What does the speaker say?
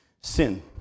Sin